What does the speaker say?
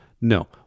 No